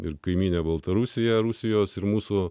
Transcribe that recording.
ir kaimynė baltarusija rusijos ir mūsų